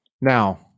Now